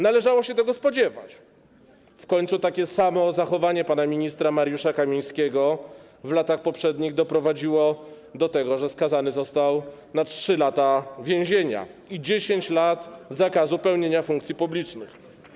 Należało się tego spodziewać, w końcu takie samo zachowanie pana ministra Mariusza Kamińskiego w latach poprzednich doprowadziło do tego, że został on skazany na 3 lata więzienia i 10 lat zakazu pełnienia funkcji publicznych.